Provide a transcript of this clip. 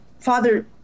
Father